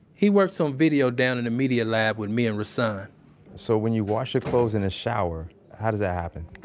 he works on video down in the media lab with me and rahsaan so when you wash your clothes in the shower, how does that happen?